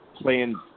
playing